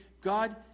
God